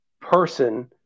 person